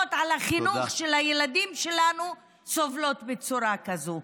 שאמונות על החינוך של הילדים שלנו סובלות בצורה כזאת.